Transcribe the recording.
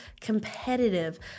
competitive